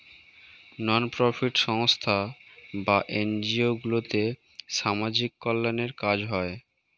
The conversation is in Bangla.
নন প্রফিট সংস্থা বা এনজিও গুলোতে সামাজিক কল্যাণের কাজ হয়